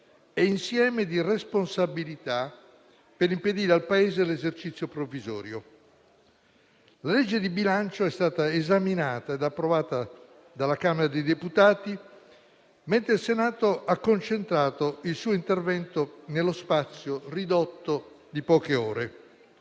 e insieme di responsabilità, per impedire al Paese l'esercizio provvisorio. Il disegno di legge di bilancio è stato esaminato e approvato dalla Camera dei deputati, mentre il Senato ha concentrato il suo intervento nello spazio ridotto di poche ore.